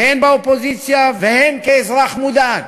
הן כאופוזיציה והן כאזרח מודאג.